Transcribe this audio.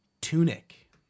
Tunic